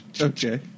Okay